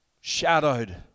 shadowed